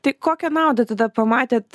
tai kokią naudą tada pamatėt